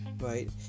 right